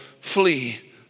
flee